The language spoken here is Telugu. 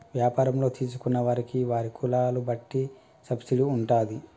వ్యాపారంలో తీసుకున్న వారికి వారి కులాల బట్టి సబ్సిడీ ఉంటాది